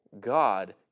God